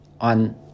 on